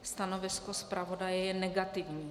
Stanovisko zpravodaje je negativní.